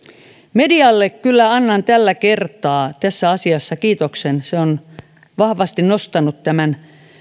medialle kyllä annan tällä kertaa tässä asiassa kiitoksen se on vahvasti nostanut tämän